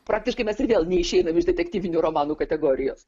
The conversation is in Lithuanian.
praktiškai mes ir vėl neišeinam iš detektyvinių romanų kategorijos